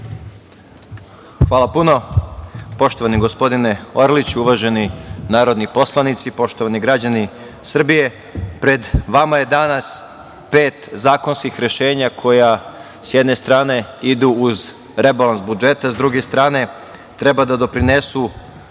Hvala puno. Poštovani gospodine Orliću, uvaženi narodni poslanici, poštovani građani Srbije, pred vama je danas pet zakonskih rešenja koji, s jedne strane idu uz rebalans budžeta, s druge strane treba da doprinesu